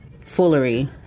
foolery